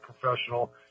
professional